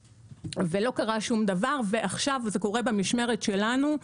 ולא קרה שום דבר, ועכשיו זה קורה במשמרת שלנו.